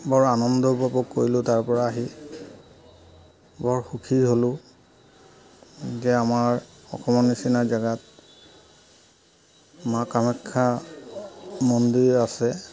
বৰ আনন্দ উপভোগ কৰিলো তাৰপৰা আহি বৰ সুখী হ'লো যে আমাৰ অসমৰ নিচিনা জেগাত মা কামাখ্যা মন্দিৰ আছে